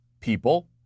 people